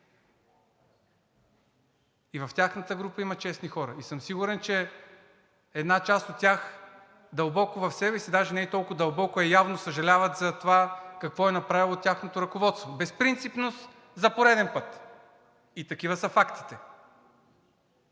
и в тяхната група има честни хора. Сигурен съм, че една част от тях дълбоко в себе си, а даже не и толкова дълбоко, а явно съжалява за това какво е направило тяхното ръководство – безпринципност за пореден път. Такива са фактите.